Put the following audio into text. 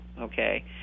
Okay